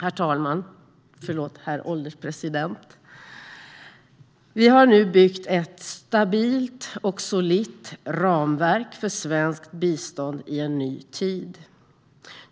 Herr ålderspresident! Vi har nu byggt ett stabilt och solitt ramverk för svenskt bistånd i en ny tid.